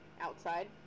outside